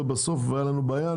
ובסוף הייתה לנו בעיה.